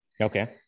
Okay